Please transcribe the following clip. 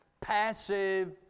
passive